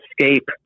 escape